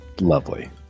lovely